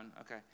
Okay